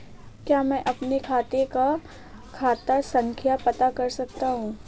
क्या मैं अपने खाते का खाता संख्या पता कर सकता हूँ?